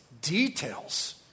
details